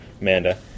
Amanda